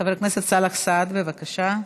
חבר הכנסת סאלח סעד, בבקשה.